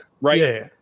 Right